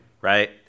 right